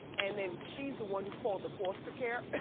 and then she's the one who called the foster care